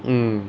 mm